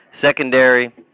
secondary